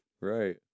right